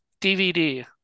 DVD